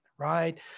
Right